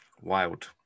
Wild